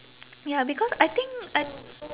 ya because I think I